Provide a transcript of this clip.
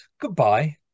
Goodbye